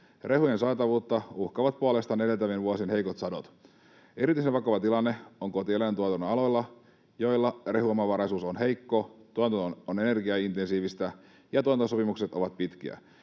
Rehujen saatavuutta uhkaavat puolestaan edeltävien vuosien heikot sadot. Erityisen vakava tilanne on kotieläintuotannon aloilla, joilla rehuomavaraisuus on heikko, tuotanto on energiaintensiivistä ja tuotantosopimukset ovat pitkiä.